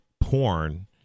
porn